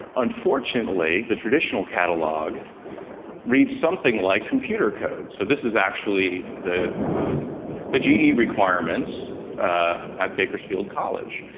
unfortunately, the traditional catalog reads something like computer codes, so this is actually the the ge requirements at bakersfield college.